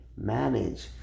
manage